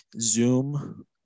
Zoom